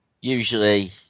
Usually